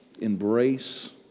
embrace